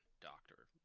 doctor